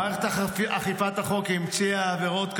מערכת אכיפת החוק המציאה עבירות.